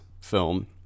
film